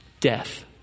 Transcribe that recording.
death